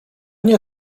nie